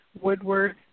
Woodward